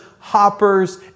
hoppers